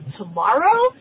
tomorrow